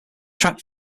track